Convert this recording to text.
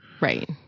Right